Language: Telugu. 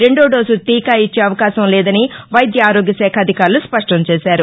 రెండో డోసు టీకా ఇచ్చే అవకాశం లేదని వైద్య ఆరోగ్య శాఖ అధికారులు స్పష్టం చేశారు